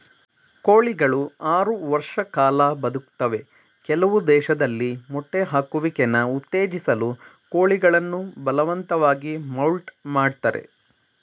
ಕೋಳಿಗಳು ಆರು ವರ್ಷ ಕಾಲ ಬದುಕ್ತವೆ ಕೆಲವು ದೇಶದಲ್ಲಿ ಮೊಟ್ಟೆ ಹಾಕುವಿಕೆನ ಉತ್ತೇಜಿಸಲು ಕೋಳಿಗಳನ್ನು ಬಲವಂತವಾಗಿ ಮೌಲ್ಟ್ ಮಾಡ್ತರೆ